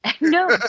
No